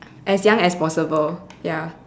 as young as possible ya